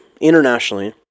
internationally